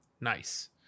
Nice